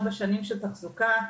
4 שנים של תחזוקה,